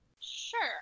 Sure